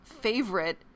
favorite